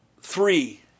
three